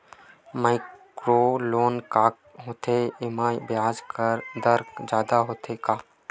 Micro loan का होथे येमा ब्याज दर जादा होथे का?